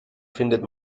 findet